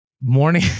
morning